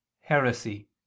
Heresy